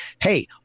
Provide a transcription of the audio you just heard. hey